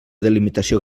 delimitació